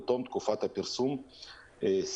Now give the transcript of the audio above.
בתום תקופת הפרסום הקבועה